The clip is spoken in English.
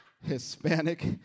Hispanic